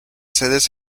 sedes